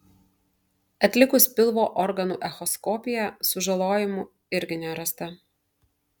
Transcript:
atlikus pilvo organų echoskopiją sužalojimų irgi nerasta